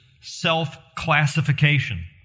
self-classification